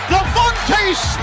Devontae